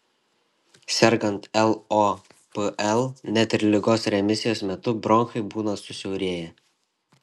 sergant lopl net ir ligos remisijos metu bronchai būna susiaurėję